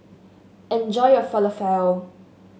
enjoy your Falafel